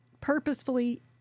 purposefully